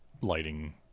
lighting